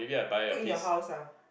put in your house ah